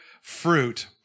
fruit